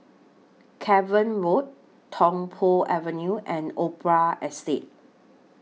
Cavan Road Tung Po Avenue and Opera Estate